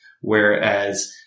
Whereas